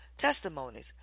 testimonies